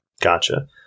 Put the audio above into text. Gotcha